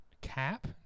Cap